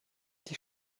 die